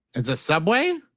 it's a subway?